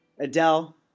Adele